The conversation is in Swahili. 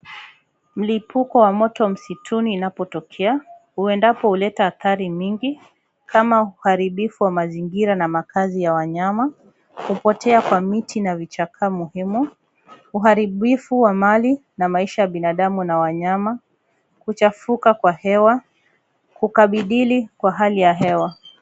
Mlipuko wa moto msituni inapotokea huendapo huleta hatari mingi kama uharibifu wa mazingira na makazi ya wanyama, kupotea kwa miti na vichaka muhimu, uharibifu wa mali na maisha ya binadamu na wanyama, kuchafuka kwa hewa, kukabidhili kwa hali ya hewa.